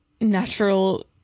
natural